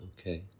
Okay